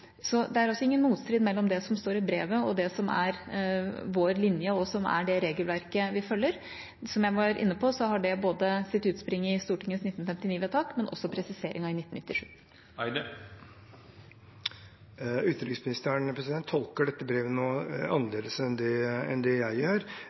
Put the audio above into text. Det er altså ingen motstrid mellom det som står i brevet, og det som er vår linje, og som er det regelverket vi følger. Som jeg var inne på, har det sitt utspring både i Stortingets 1959-vedtak og i presiseringen av 1997. Utenriksministeren tolker dette brevet